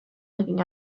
looking